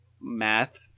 math